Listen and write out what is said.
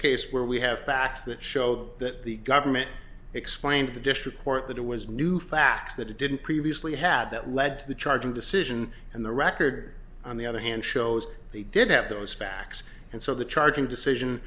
case where we have facts that show that the government explained the district court that it was new facts that it didn't previously had that led to the charging decision and the record on the other hand shows they did have those facts and so the charging decision